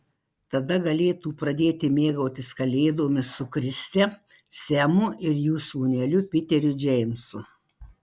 tada galėtų pradėti mėgautis kalėdomis su kriste semu ir jų sūneliu piteriu džeimsu